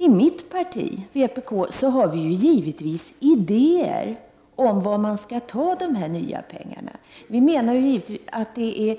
I mitt parti, vpk, har vi givetvis idéer om varifrån dessa nya pengar skall tas. Vi menar att det är